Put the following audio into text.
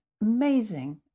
amazing